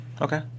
Okay